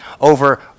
over